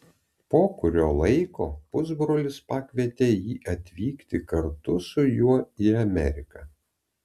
po kurio laiko pusbrolis pakvietė jį vykti kartu su juo į ameriką